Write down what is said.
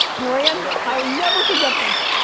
brandon, i'll never forget this.